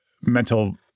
mental